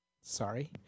Sorry